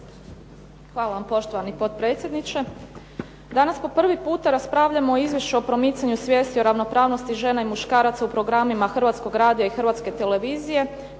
Hvala vam poštovani potpredsjedniče. Danas po prvi puta raspravljamo o Izvješću o promicanju svijesti o ravnopravnosti žena i muškaraca u programima Hrvatskog radija i Hrvatske televizije.